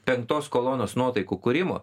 penktos kolonos nuotaikų kūrimo